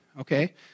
okay